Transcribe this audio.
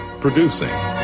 Producing